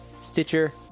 Stitcher